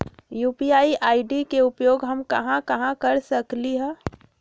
UPI ID के उपयोग हम कहां कहां कर सकली ह?